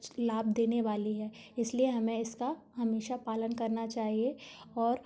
लाभ देने वाली है इसलिए हमें इसका हमेशा पालन करना चाहिए और